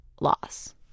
loss